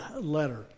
letter